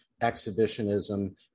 exhibitionism